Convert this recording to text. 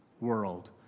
world